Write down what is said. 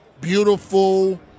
beautiful